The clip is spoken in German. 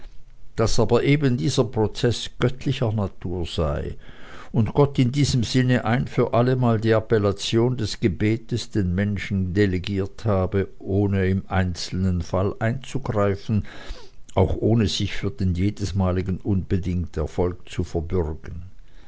daß aber eben dieser prozeß göttlicher natur sei und gott in diesem sinne ein für allemal die appellation des gebetes den menschen delegiert habe ohne im einzelnen fall einzugreifen auch ohne sich für den jedesmaligen unbedingten erfolg zu verbürgen